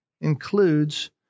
includes